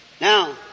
Now